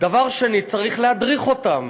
דבר שני, צריך להדריך אותם.